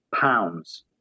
pounds